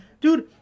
Dude